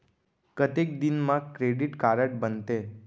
कतेक दिन मा क्रेडिट कारड बनते?